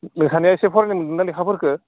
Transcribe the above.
नोंस्रानिया एसे फरायनो मोनदोंदां लेखाफोरखो